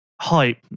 hype